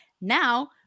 Now